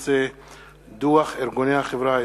דוח ארגוני החברה האזרחית,